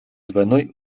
двойной